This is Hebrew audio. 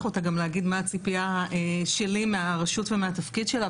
אותה גם להגיד מה הציפייה שלי מהרשות ומהתפקיד שלה,